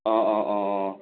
অঁ অঁ অঁ অঁ